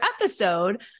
episode